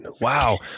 Wow